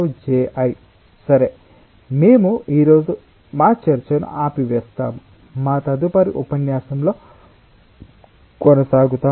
సరే మేము ఈ రోజు మా చర్చను ఆపివేస్తాము మేము తదుపరి ఉపన్యాసంలో కొనసాగుతాము